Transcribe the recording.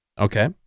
Okay